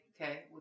okay